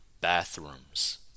bathrooms